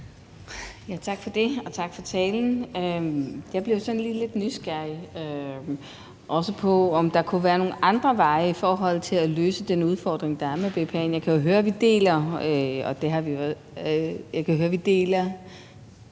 Tak for det, og tak for talen. Jeg bliver lidt nysgerrig, i forhold til om der kunne være nogle andre veje til at løse den udfordring, der er med BPA. Jeg kan jo høre, at vi i hvert